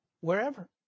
wherever